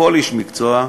של כל איש מקצוע,